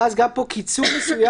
ואז גם פה קיצור מסוים: